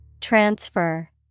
Transfer